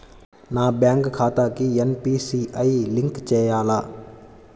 నా బ్యాంక్ ఖాతాకి NPCI link చేయాలా?